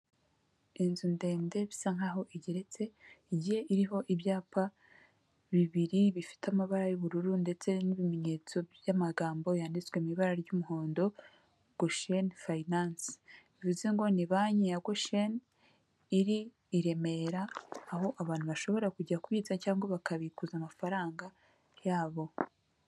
Inzu ndende bisa nkaho igeretse igiye iriho ibyapa bibiri bifite amabara y'ubururu, ndetse n'ibimenyetso by'amagambo yanditswe mu ibara ry'umuhondo goshene fayinanse, bivuze ngo ni banki yagoshene iri i Remera, aho abantu bashobora kujya kubitsa cyangwa bakabikuza amafaranga yabo.